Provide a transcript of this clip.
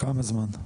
כמה זמן?